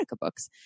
books